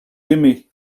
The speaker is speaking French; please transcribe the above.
aimé